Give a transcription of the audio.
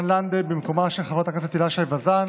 2021, התקבלה בקריאה השלישית,